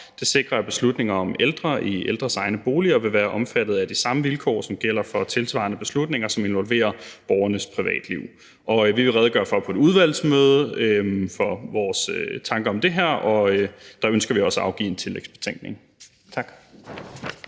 De sikrer, at beslutninger om ældre i ældres egne boliger vil være omfattet af de samme vilkår, som gælder for tilsvarende beslutninger, som involverer borgernes privatliv. Vi vil på et udvalgsmøde redegøre for vores tanker om det her. Der ønsker vi også at afgive en tillægsbetænkning. Tak.